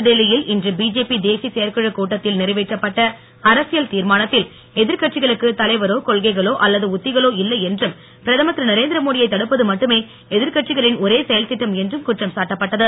புதுடெல்லியில் இன்று பிஜேபி தேசிய செயற்குழு கூட்டத்தில் நிறைவேற்றப்பட்ட அரசியல் திர்மானத்தில் எதிர்கட்சிகளுக்கு தலைவரோ கொள்கைகளோ அல்லது உத்திகளோ இல்லை என்றும் பிரதமர் திரு நரேந்திரமோடியை தடுப்பது மட்டுமே எதிர்கட்சிகளின் ஒரே செயல் திட்டம் என்றும் குற்றம் சாட்டப்பட்டது